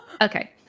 okay